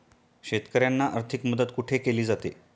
शेतकऱ्यांना आर्थिक मदत कुठे केली जाते?